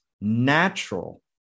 natural